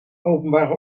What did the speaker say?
openbare